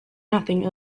nothing